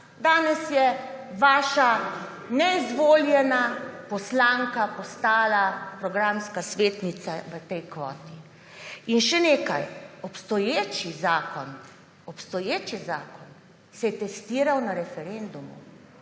Danes je vaša neizvoljena poslanka postala programska svetnica v tej kvoti. In še nekaj, obstoječi zakon se je testiral na referendumu.